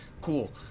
Cool